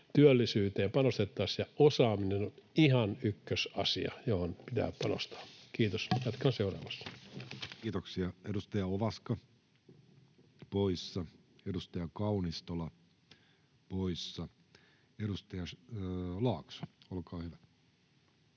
työllisyyteen panostettaisiin, ja osaaminen on ihan ykkösasia, johon pitää panostaa. — Kiitos. Jatkan seuraavassa. Kiitoksia. — Edustaja Ovaska poissa, edustaja Kaunistola poissa. — Edustaja Laakso, olkaa hyvä.